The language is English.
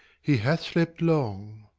he hath slept long.